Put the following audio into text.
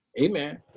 amen